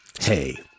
Hey